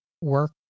work